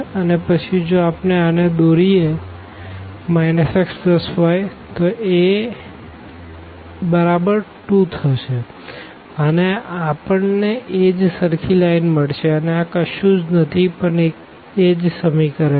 અને પછી જો આપણે આને દોરીએ x y તો એ બરાબર 2 થશે અને આપણને એજ સરખી લાઈન મળશે અને આ કશું જ નથી પણ એજ ઇક્વેશન છે